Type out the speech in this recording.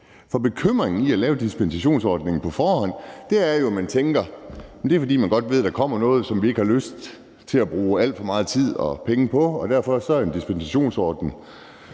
min bekymring ved at lave dispensationsordningen på forhånd er jo, at man tænker, at det er, fordi man godt ved, at der kommer noget, som man ikke har lyst til at bruge alt for meget tid og penge på, og at en dispensationsordning